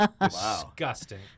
Disgusting